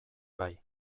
bai